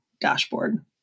dashboard